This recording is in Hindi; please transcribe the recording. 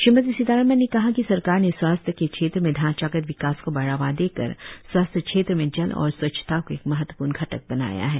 श्रीमती सीतारामन ने कहा कि सरकार ने स्वास्थ्य के क्षेत्र में ढांचागत विकास को बढावा देकर स्वास्थ्य क्षेत्र में जल और स्वच्छता को एक महत्वपूर्ण घटक बनया है